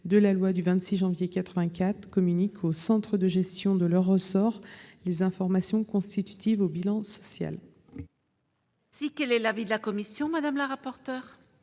de la loi du 26 janvier 1984 communiquent au centre de gestion de leur ressort les informations constitutives du bilan social. Quel est l'avis de la commission ? Cet amendement